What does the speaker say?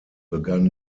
begann